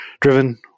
driven